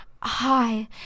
Hi